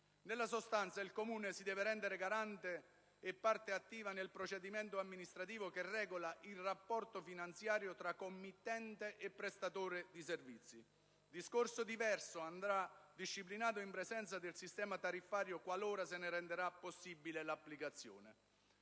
Nella sostanza, il Comune si deve rendere garante e parte attiva nel procedimento amministrativo che regola il rapporto finanziario tra committente e prestatore di servizi. Un discorso diverso andrà disciplinato in presenza del sistema tariffario qualora se ne renderà possibile l'applicazione.